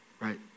right